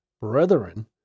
brethren